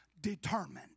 determined